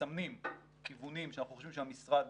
מסמנים כיוונים שאנחנו חושבים שהמשרד